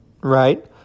right